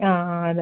ആ ആ അതെ